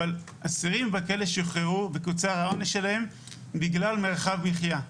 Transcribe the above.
אבל אסירים בכלא שוחררו וקוצר העונש שלהם בגלל מרחב מחייה.